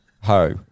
Ho